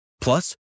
Plus